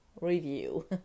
review